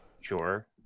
sure